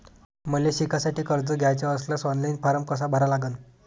मले शिकासाठी कर्ज घ्याचे असल्यास ऑनलाईन फारम कसा भरा लागन?